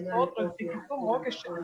sodros ir kitų mokesčių